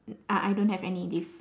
mm ah I don't have any leaf